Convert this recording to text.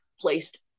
placed